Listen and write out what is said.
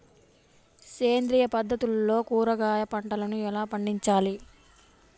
సేంద్రియ పద్ధతుల్లో కూరగాయ పంటలను ఎలా పండించాలి?